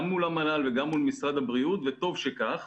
גם מול המל"ל וגם מול משרד הבריאות, וטוב שכך.